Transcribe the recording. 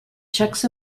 checks